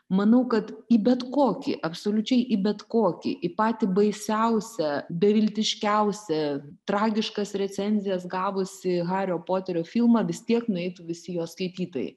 manau kad į bet kokį absoliučiai į bet kokį į patį baisiausią beviltiškiausią tragiškas recenzijas gavusį hario poterio filmą vis tiek nueitų visi jo skaitytojai